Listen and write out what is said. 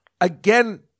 again